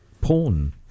porn